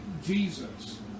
Jesus